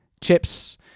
chips